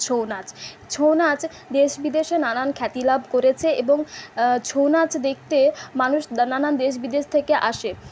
ছৌ নাচ ছৌ নাচ দেশ বিদেশে নানান খ্যাতি লাভ করেছে এবং ছৌনাচ দেখতে মানুষ নানান দেশ বিদেশ থেকে আসে